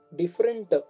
different